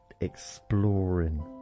exploring